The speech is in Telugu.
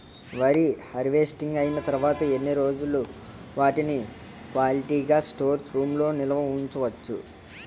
వరి హార్వెస్టింగ్ అయినా తరువత ఎన్ని రోజులు వాటిని క్వాలిటీ గ స్టోర్ రూమ్ లొ నిల్వ ఉంచ వచ్చు?